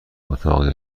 اتاق